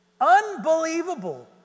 Unbelievable